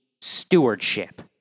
stewardship